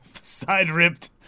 side-ripped